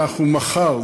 אנחנו מחר,